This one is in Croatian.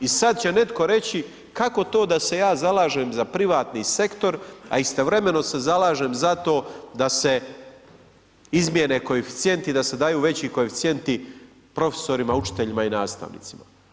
I sad će netko reći, kako to da se ja zalažem za privatni sektor, a istovremeno se zalažem za to da se izmjene koeficijenti da se daju veći koeficijenti profesorima, učiteljima i nastavnicima.